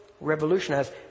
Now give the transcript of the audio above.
revolutionize